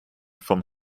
vom